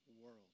world